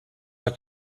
have